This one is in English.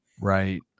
Right